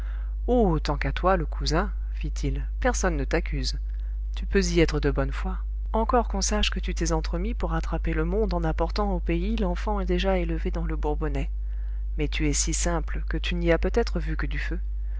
tant qu'à toi le cousin fit-il personne ne t'accuse tu peux y être de bonne foi encore qu'on sache que tu t'es entremis pour attraper le monde en apportant au pays l'enfant déjà élevé dans le bourbonnais mais tu es si simple que tu n'y as peut-être vu que du feu